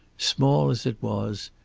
small as it was,